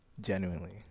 Genuinely